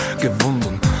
gewunden